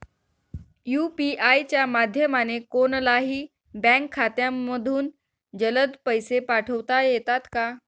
UPI च्या माध्यमाने कोणलाही बँक खात्यामधून जलद पैसे पाठवता येतात का?